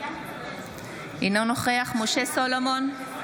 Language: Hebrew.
אינו נוכח משה סולומון,